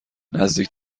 نزدیک